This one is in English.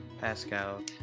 Pascal